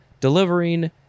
delivering